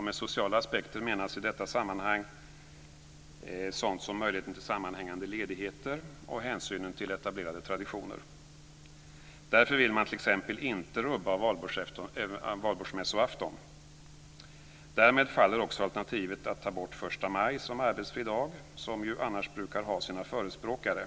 Med sociala aspekter menas i detta sammanhang sådant som möjligheten till sammanhängande ledigheter och hänsynen till etablerade traditioner. Därför vill man t.ex. inte rubba Valborgsmässoafton. Därmed faller också alternativet att ta bort första maj som arbetsfri dag, vilket annars brukar ha sina förespråkare.